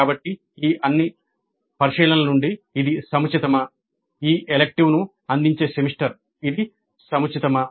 కాబట్టి ఈ అన్ని పరిశీలనల నుండి "ఇది సముచితమా ఈ electivesను అందించే సెమిస్టర్ ఇది సముచితమా